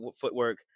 footwork